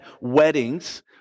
weddings